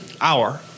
Hour